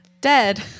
dead